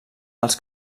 els